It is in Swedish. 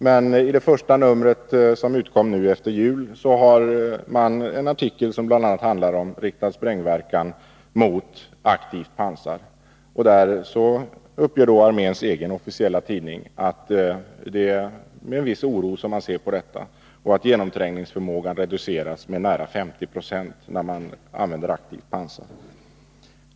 Men i första numret efter jul har man en artikel som bl.a. handlar om riktad sprängverkan mot aktivt pansar. Arméns egen officiella tidning uppger där att man ser med en viss oro på att genomträngningsförmågan reduceras med nära 50 26 när man använder aktivt pansar.